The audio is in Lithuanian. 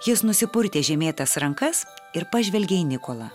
jis nusipurtė žemėtas rankas ir pažvelgė į nikolą